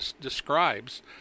describes